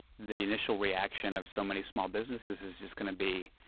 the initial reaction of so many small businesses is just going to be,